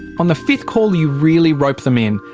on the fifth call you really rope them in.